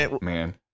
man